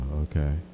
okay